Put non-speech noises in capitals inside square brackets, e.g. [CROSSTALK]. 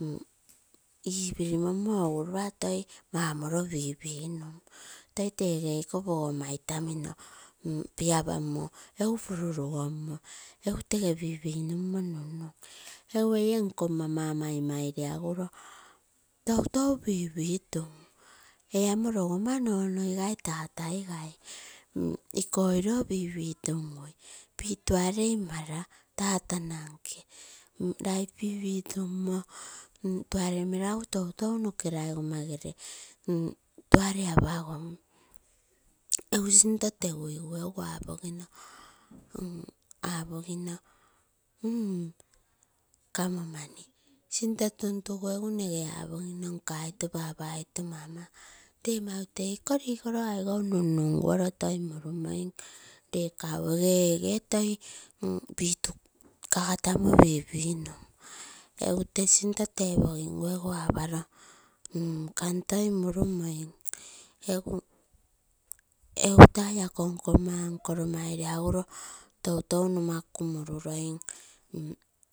[HESITATION] ipimomo egu ropa toi mau moroo pipi nun toi tege iko pogoa itamino [HESITATION] piapomo egu pururugomo egu tee pipinumo numnum, egu ei nkoma mamai maire amano toitou pipitum. Eee amo rogoa nonoigai tatai gai. [HESITATION] Iko oiro pipitungui pituarei mara tata nkee lai [HESITATION] pipitumo tuare meragu toitou noke rougoma gere [HESITATION] mani apagom. Egu sinto teguigu egu apogino mm kamo mani sinto tun tuou egu nege apogino nka oito papa oito mama lee mau teiko rigoro aipou nunguro toi mum lee kau ege epe toi pituu kagatamo pipinum egu tee sinto tepogim egu aparoo mm kamo toi murumoim egu toi akoo nkoma uncle maire aguroo toutou rumaku muuruonm. [HESITATION]